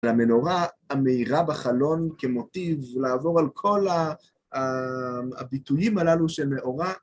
למנורה המאירה בחלון כמוטיב לעבור על כל הביטויים הללו של מאורע.